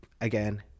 again